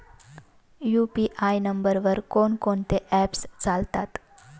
UPI नंबरवर कोण कोणते ऍप्स चालतात?